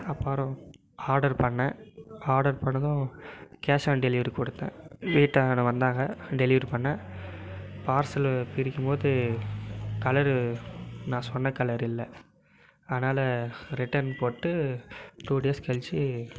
அப்புறம் ஆர்டர் பண்ணிணேன் ஆர்டர் பண்ணதும் கேஷ் ஆன் டெலிவரி கொடுத்தேன் வீட்டாண்ட வந்தாங்க டெலிவரி பண்ண பார்சலை பிரிக்கும் போது கலரு நான் சொன்ன கலரு இல்லை அதனால் ரிட்டர்ன் போட்டு டூ டேஸ் கழிச்சு